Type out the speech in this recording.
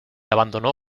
abandonó